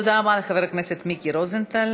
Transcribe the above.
תודה רבה לחבר הכנסת מיקי רוזנטל.